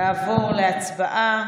נעבור להצבעה.